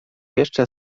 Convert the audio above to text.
jeszcze